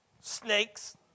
snakes